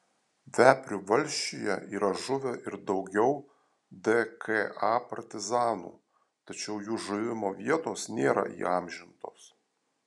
veprių valsčiuje yra žuvę ir daugiau dka partizanų tačiau jų žuvimo vietos nėra įamžintos